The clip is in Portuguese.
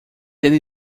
ele